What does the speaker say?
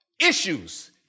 Issues